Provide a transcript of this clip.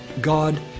God